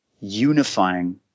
unifying